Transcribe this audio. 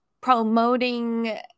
promoting